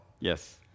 Yes